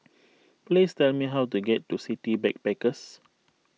please tell me how to get to City Backpackers